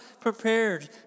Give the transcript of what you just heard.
prepared